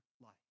life